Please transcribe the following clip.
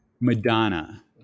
Madonna